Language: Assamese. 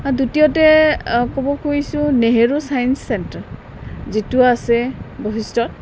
দ্বিতীয়তে ক'ব খোজিছোঁ নেহেৰু চাইন্ঞ্চ চেণ্টাৰ যিটো আছে বৈশিষ্টত